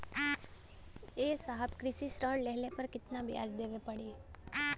ए साहब कृषि ऋण लेहले पर कितना ब्याज देवे पणी?